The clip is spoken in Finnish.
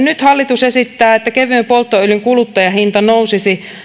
nyt hallitus esittää että kevyen polttoöljyn kuluttajahinta nousisi